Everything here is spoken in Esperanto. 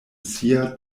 sia